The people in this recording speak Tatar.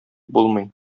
булмый